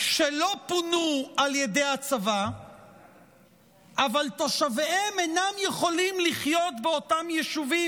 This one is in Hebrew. שלא פונו על ידי הצבא אבל תושביהם אינם יכולים לחיות באותם יישובים,